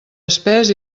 espés